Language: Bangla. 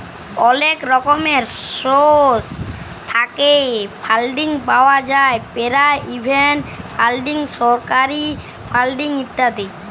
অলেক রকমের সোর্স থ্যাইকে ফাল্ডিং পাউয়া যায় পেরাইভেট ফাল্ডিং, সরকারি ফাল্ডিং ইত্যাদি